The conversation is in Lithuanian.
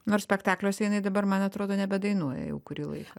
nors spektakliuose jinai dabar man atrodo nebedainuoja jau kurį laiką